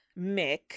Mick